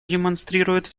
демонстрирует